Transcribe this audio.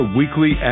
weekly